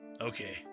Okay